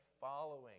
following